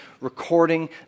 recording